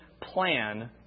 plan